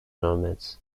nomads